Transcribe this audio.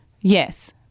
Yes